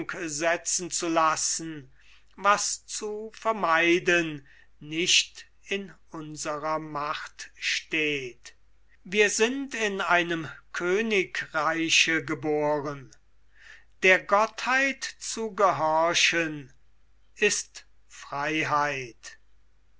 setzen zu lassen was zu vermeiden nicht in unserer macht steht wir sind in einem königreiche geboren der gottheit zu gehorchen ist freiheit